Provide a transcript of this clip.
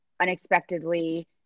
unexpectedly